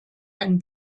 ein